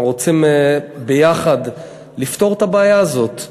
אנחנו רוצים ביחד לפתור את הבעיה הזאת.